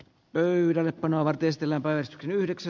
pöydällepanolla testillä päästetyn yhdeksi